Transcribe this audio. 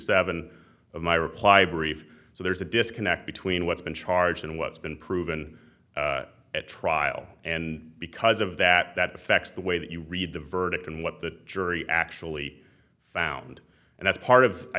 my reply brief so there's a disconnect between what's been charged and what's been proven at trial and because of that that affects the way that you read the verdict and what the jury actually found and that's part of i